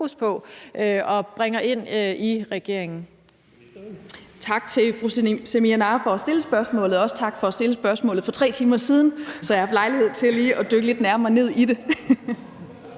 Tak til fru Samira Nawa for at stille spørgsmålet, og også tak for at stille spørgsmålet for 3 timer siden, så jeg lige har haft lejlighed til at dykke lidt nærmere ned i det.